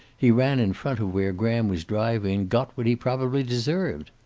he ran in front of where graham was driving and got what he probably deserved.